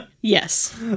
Yes